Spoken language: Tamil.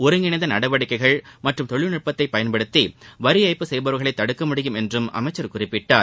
ஒருங்கிணைந்த நடவடிக்கைகள் மற்றும் தொழில்நுட்பத்தை பயன்படுத்தி வரி ஏய்ப்பு செய்பவர்களை தடுக்க முடியும் என்றும் அமைச்சர் குறிப்பிட்டார்